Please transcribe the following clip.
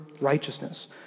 righteousness